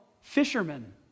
fishermen